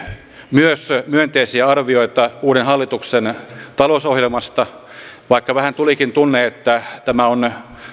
myös myönteisiä arvioita uuden hallituksen talousohjelmasta vaikka vähän tulikin tunne että tämä on